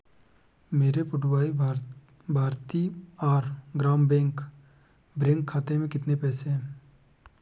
मेरे पुडुवाई भार भारतीआर ग्राम बैंक ब्रैंक खाते में कितने पैसे हैं